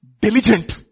diligent